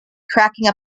cracking